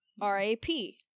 R-A-P